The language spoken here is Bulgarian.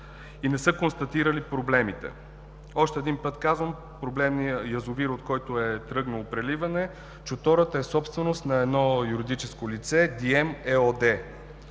и не са констатирали проблемите. Още един път казвам – проблемният язовир, от който е тръгнало преливане, е „Чутората“, собственост на едно юридическо лице „Дием“